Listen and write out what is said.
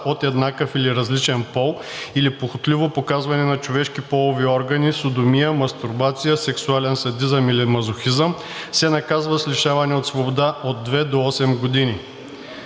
от еднакъв или различен пол или похотливо показване на човешки полови органи, содомия, мастурбация, сексуален садизъм или мазохизъм, се наказва с лишаване от свобода от две до осем години“.